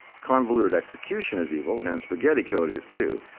convoluted execution is evil, and spaghetti code is too,